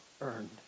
earned